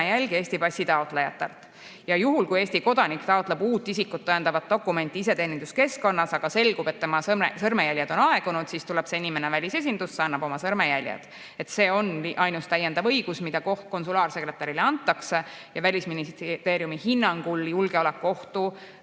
sõrmejälgi Eesti passi taotlejatelt. Ja juhul, kui Eesti kodanik taotleb uut isikut tõendavat dokumenti iseteeninduskeskkonnas, aga selgub, et tema sõrmejäljed on aegunud, tuleb see inimene välisesindusse ja annab oma sõrmejäljed. See on ainus täiendav õigus, mida konsulaarsekretärile antakse. Välisministeeriumi hinnangul julgeolekuohtu